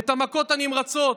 במכות הנמרצות